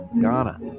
Ghana